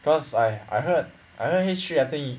cause I I heard I heard H three I think